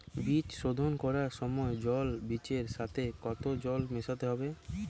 বীজ শোধন করার সময় জল বীজের সাথে কতো জল মেশাতে হবে?